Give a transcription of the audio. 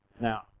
Now